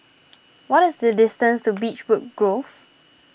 what is the distance to Beechwood Grove